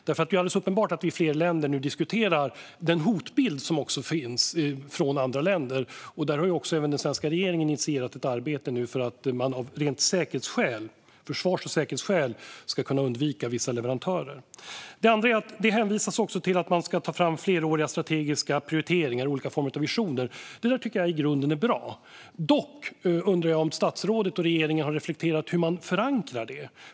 Det är ju alldeles uppenbart att flera länder nu diskuterar den hotbild som finns från andra länder. Där har även den svenska regeringen initierat ett arbete för att man av rena försvars och säkerhetsskäl ska kunna undvika vissa leverantörer. Det hänvisas också till att man ska ta fram fleråriga strategiska prioriteringar och olika former av visioner. Det tycker jag i grunden är bra. Dock undrar jag om statsrådet och regeringen har reflekterat över hur man förankrar det.